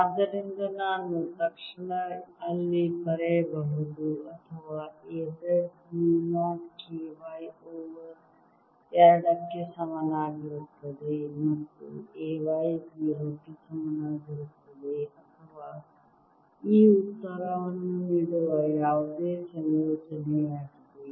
ಆದ್ದರಿಂದ ನಾನು ತಕ್ಷಣ ಅಲ್ಲಿ ಬರೆಯಬಹುದು ಅಥವಾ A z mu 0 K y over 2 ಕ್ಕೆ ಸಮಾನವಾಗಿರುತ್ತದೆ ಮತ್ತು A y 0 ಗೆ ಸಮನಾಗಿರುತ್ತದೆ ಅಥವಾ ಈ ಉತ್ತರವನ್ನು ನೀಡುವ ಯಾವುದೇ ಸಂಯೋಜನೆಯಾಗಿದೆ